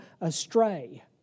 astray